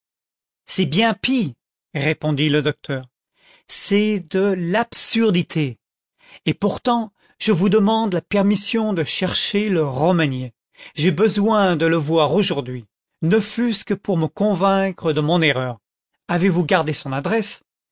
c'est bien pis répondit le docteur c'est de l'absurdité et pourtant je vous demande la permission de chercher le romagué j'ai besoin de le voir aujourd'hui ne fût-ce que pour me convaincre de mon erreur avez-vous gardé son adresse